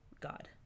God